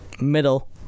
middle